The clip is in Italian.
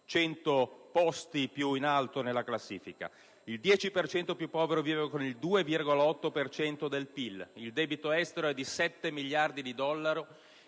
posti più in alto nella classifica. Il 10 per cento più povero vive con il 2,8 per cento del PIL. Il debito estero è di 7 miliardi di dollari.